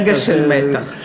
רגע של מתח.